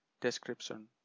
description